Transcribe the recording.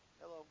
Hello